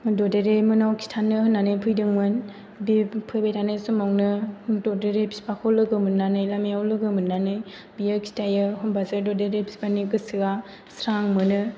ददेरे मोननाव खिथानो होननानै फैदोंमोन बे फैबाय थानाय समावनो ददेरे बिफाखौ लोगो मोननानै लामायाव लोगो मोननानै बियो खिथायो होनबासो ददेरे बिफानि गोसोआ स्रां मोनो